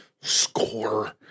score